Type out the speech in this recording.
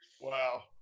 wow